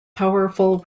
powerful